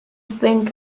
think